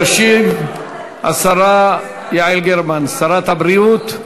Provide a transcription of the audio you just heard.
תשיב השרה יעל גרמן, שרת הבריאות.